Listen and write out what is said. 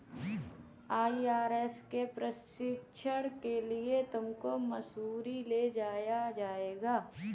IRS के प्रशिक्षण के लिए तुमको मसूरी ले जाया जाएगा